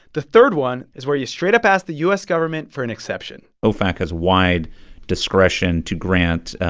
the third one is where you straight-up ask the u s. government for an exception ofac has wide discretion to grant